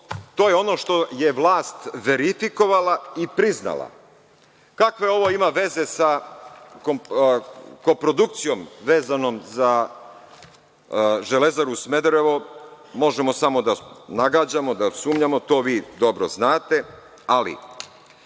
To je ono što je vlast verifikovala i priznala. Kakve ovo veze ima sa koprodukcijom vezanom za „Železaru Smederevo“, možemo samo da nagađamo, da sumnjamo, to vi dobro znate. Ali,